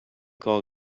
call